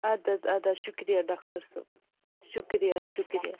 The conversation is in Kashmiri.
ادٕ حظ ادٕ حظ شکریہ ڈاکٹر صٲب شکریہ شکریہ